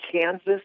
Kansas